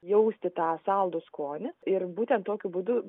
jausti tą saldų skonį ir būtent tokiu būdu